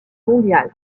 mondiale